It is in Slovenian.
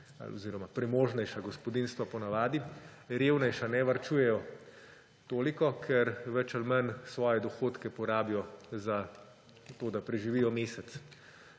oziroma premožnejša gospodinjstva, revnejša ne varčujejo toliko, ker bolj ali manj svoje dohodke porabijo za to, da preživijo mesec.